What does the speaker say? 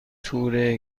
تور